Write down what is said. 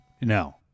No